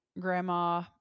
Grandma